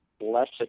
less